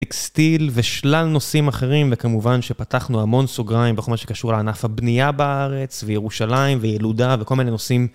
טקסטיל ושלל נושאים אחרים, וכמובן שפתחנו המון סוגריים בכל מה שקשור לענף הבנייה בארץ, וירושלים וילודה וכל מיני נושאים